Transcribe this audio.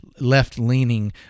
left-leaning